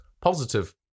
Positive